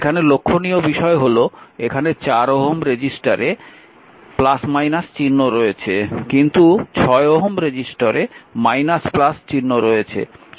এখানে লক্ষ্যণীয় বিষয় হল এখানে 4 Ω রেজিস্টরে চিহ্ন রয়েছে কিন্তু 6 Ω রেজিস্টরে চিহ্ন রয়েছে